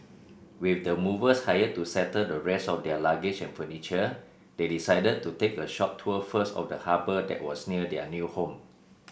with the movers hired to settle the rest of their luggage and furniture they decided to take a short tour first of the harbour that was near their new home